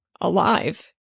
alive